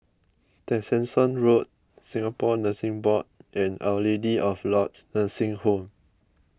Tessensohn Road Singapore Nursing Board and Our Lady of Lourdes Nursing Home